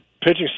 pitching